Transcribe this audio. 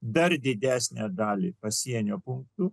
dar didesnę dalį pasienio punktų